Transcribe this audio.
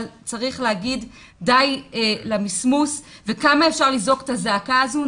צריך לומר די למסמוס וכמה אפשר לזעוק את הזעקה הזו?